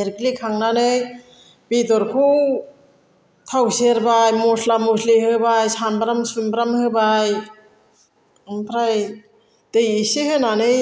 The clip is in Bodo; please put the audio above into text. एरग्लिखांनानै बेदरखौ थाव सेरबाय मस्ला मस्लि होबाय सामब्राम सुमब्राम होबाय ओमफ्राय दै इसे होनानै